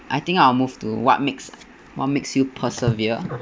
I think I'll move to what makes what makes you persevere